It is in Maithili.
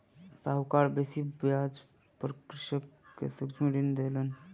साहूकार बेसी ब्याज पर कृषक के सूक्ष्म ऋण देलैन